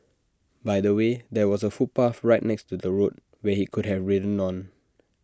by the way there was A footpath right next to the road where he could have ridden on